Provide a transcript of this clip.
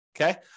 Okay